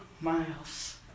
miles